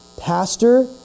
pastor